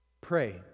Pray